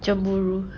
cemburu